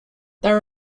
there